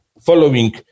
following